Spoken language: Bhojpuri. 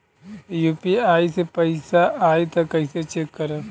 यू.पी.आई से पैसा आई त कइसे चेक करब?